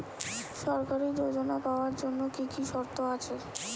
সরকারী যোজনা পাওয়ার জন্য কি কি শর্ত আছে?